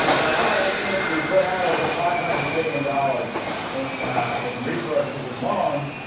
you know by our estimates we put out over five hundred billion dollars in in resources and loans,